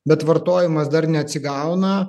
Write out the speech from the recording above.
bet vartojimas dar neatsigauna